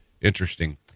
interesting